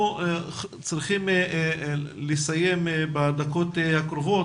אנחנו צריכים לסיים בדקות הקרובות,